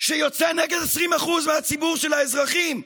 שיוצא נגד 20% מהציבור של האזרחים,